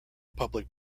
public